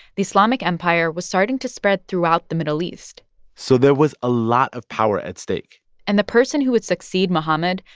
the islamic empire was starting to spread throughout the middle east so there was a lot of power at stake and the person who would succeed muhammad,